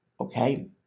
okay